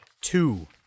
Two